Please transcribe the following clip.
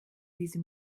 diese